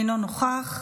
אינו נוכח,